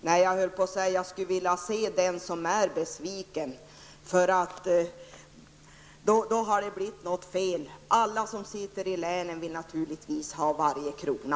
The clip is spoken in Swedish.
Nej, jag skulle vilja se den som är besviken över att ha fått mera pengar. Alla som företräder länen vill naturligtvis ha varje krona.